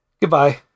Goodbye